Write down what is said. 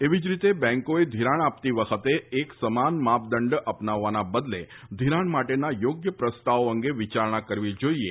એવી જ રીતે બેન્કોએ ઘિરાણ આપતી વખતે એક સમાન માપદંડ અપનાવવાના બદલે ધિરાણ માટેના યોગ્ય પ્રસ્તાવો અંગે વિચારણા કરવી જોઈએ